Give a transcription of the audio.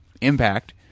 impact